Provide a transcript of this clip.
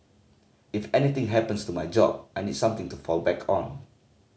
if anything happens to my job I need something to fall back on